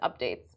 updates